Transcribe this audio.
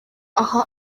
aha